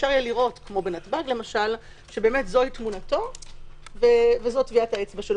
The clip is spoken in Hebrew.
אפשר יהיה לראות כמו בנתב"ג למשל - שזו תמונתו וזו טביעת האצבע שלו.